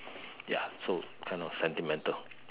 ya so kind of sentimental